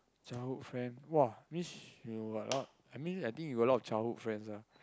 childhood friend !wah! means you got a lot I mean I think you got a lot of childhood friends lah